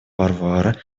варвара